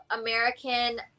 American